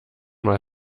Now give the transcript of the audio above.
mal